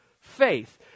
faith